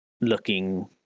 looking